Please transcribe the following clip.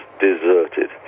deserted